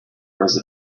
was